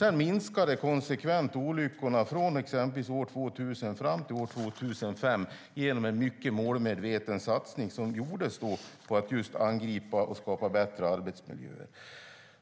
Olyckorna minskade konsekvent från 2000 fram till 2005 genom en mycket målmedveten satsning som då gjordes på att angripa problemen och skapa bättre arbetsmiljöer.